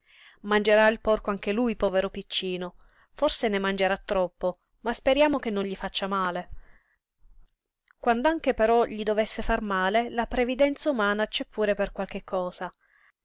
mangerà il porco anche lui povero piccino forse ne mangerà troppo ma speriamo che non gli faccia male quand'anche però gli dovesse far male la previdenza umana c'è pure per qualche cosa